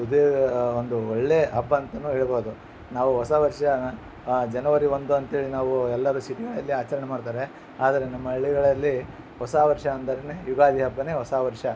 ಸುದೀರ ಒಂದು ಒಳ್ಳೇ ಹಬ್ಬ ಅಂತ ಹೇಳ್ಬೋದು ನಾವು ಹೊಸ ವರ್ಷ ಜನವರಿ ಒಂದು ಅಂತೇಳಿ ನಾವು ಎಲ್ಲರು ಸಿಟಿಗಳಲ್ಲಿ ಆಚರಣೆ ಮಾಡ್ತಾರೆ ಆದರೆ ನಮ್ಮ ಹಳ್ಳಿಗಳಲ್ಲಿ ಹೊಸ ವರ್ಷ ಅಂದರೇ ಯುಗಾದಿ ಹಬ್ಬ ಹೊಸ ವರ್ಷ